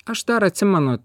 aš dar atsimenu